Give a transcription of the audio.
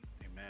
Amen